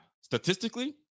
statistically